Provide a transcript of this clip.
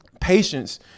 patience